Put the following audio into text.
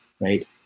Right